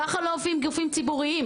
כך לא עובדים גופים ציבוריים.